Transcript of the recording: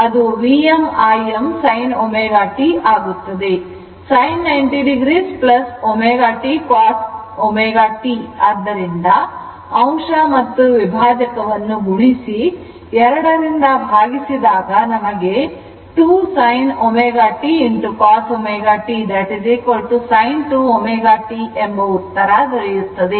sin 90 o ω t cos ω t ಆಗಿದ್ದರಿಂದ ಅಂಶ ಮತ್ತು ವಿಭಾಜಕ ವನ್ನು ಗುಣಿಸಿ ಎರಡರಿಂದ ಭಾಗಿಸಿದಾಗ ನಮಗೆ 2sinωt cosωtsin2ωt ಎಂದು ಉತ್ತರ ದೊರೆಯುತ್ತದೆ